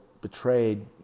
betrayed